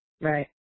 Right